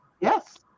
Yes